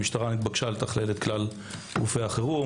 המשטרה נתבקשה לתכלל את כל גופי החירום,